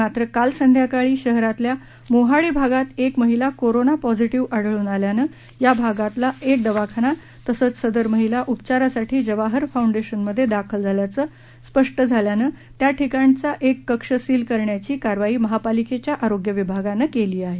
मात्र काल संध्याकाळी शहरातल्या मोहाडी भागात एक महिला कोरोना पॉझिटीव्ह रुग्ण आढळून आल्याने या भागातला एक दवाखाना तसंच सदर महिला उपचारासाठी जवाहर फोंडेशन मध्ये दाखल झाल्याचं स्पष्ट झाल्यानं त्या ठिकाणचा एक कक्ष सील करण्याची कारवाई महापालिकेच्या आरोग्य विभागाने केली आहे